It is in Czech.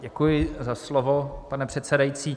Děkuji za slovo, pane předsedající.